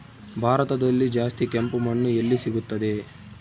ಭಾರತದಲ್ಲಿ ಜಾಸ್ತಿ ಕೆಂಪು ಮಣ್ಣು ಎಲ್ಲಿ ಸಿಗುತ್ತದೆ?